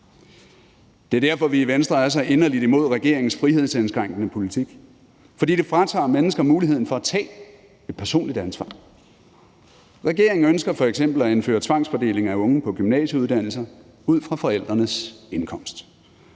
Det er derfor, at vi i Venstre er så inderligt imod regeringens frihedsindskrænkende politik. Den fratager nemlig mennesker muligheden for at tage et personligt ansvar. Regeringen ønsker f.eks. at indføre tvangsfordeling af unge på gymnasieuddannelser ud fra forældrenes indkomst.